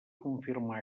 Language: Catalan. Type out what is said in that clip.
confirmà